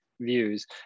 views